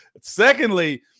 Secondly